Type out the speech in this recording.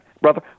brother